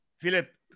Philip